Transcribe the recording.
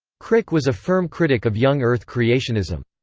crick was a firm critic of young earth creationism.